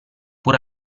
pur